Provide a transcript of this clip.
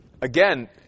again